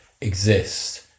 exist